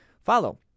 follow